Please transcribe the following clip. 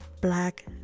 Black